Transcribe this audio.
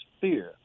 Fear